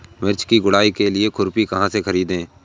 मिर्च की गुड़ाई के लिए खुरपी कहाँ से ख़रीदे?